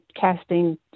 casting